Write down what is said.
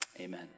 amen